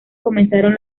comenzaron